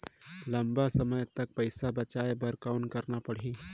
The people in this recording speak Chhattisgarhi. लंबा समय तक पइसा बचाये बर कौन करना पड़ही?